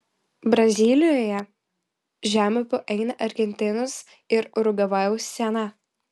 brazilijoje žemupiu eina argentinos ir urugvajaus siena